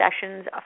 sessions